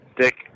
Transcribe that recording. dick